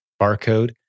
barcode